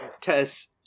Tess